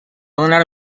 donar